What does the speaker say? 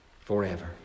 forever